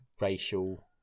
racial